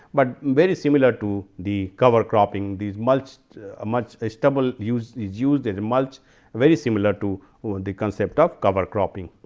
but very similar to the cover cropping these mulch ah mulch a stubble use is used as mulch very similar to ah and the concept of cover cropping.